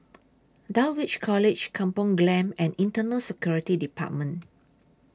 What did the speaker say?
Dulwich College Kampung Glam and Internal Security department